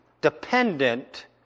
dependent